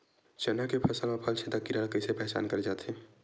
चना के फसल म फल छेदक कीरा ल कइसे पहचान करे जाथे?